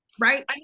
right